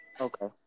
Okay